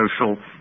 social